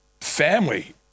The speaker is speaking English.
family